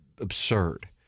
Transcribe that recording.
Absurd